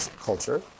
culture